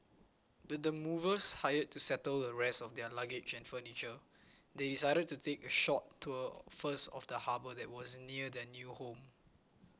with the movers hired to settle the rest of their luggage and furniture they decided to take a short tour first of the harbour that was near their new home